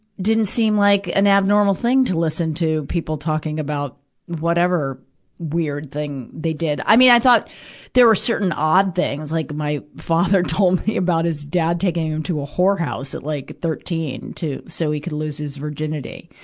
didn't seem like an abnormal thing to listen to people talking about whatever weird thing they did. i mean, i thought there were certain odd things, like my father told me about his dad taking him to a whore house at, like, thirteen, to, so he could lose his virginity.